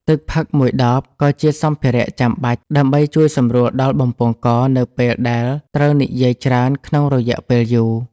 ទឹកផឹកមួយដបក៏ជាសម្ភារៈចាំបាច់ ដើម្បីជួយសម្រួលដល់បំពង់កនៅពេលដែលត្រូវនិយាយច្រើនក្នុងរយៈពេលយូរ។